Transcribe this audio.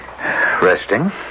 Resting